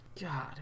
God